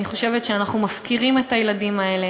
אני חושבת שאנחנו מפקירים את הילדים האלה,